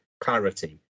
clarity